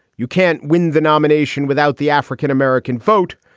you can't win the nomination without the african-american vote.